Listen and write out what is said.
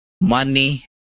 money